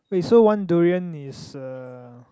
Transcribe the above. wait so one durian is uh